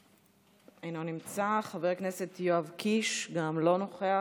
אינו נמצא, חבר הכנסת יואב קיש, גם לא נוכח.